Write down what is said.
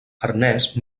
ernest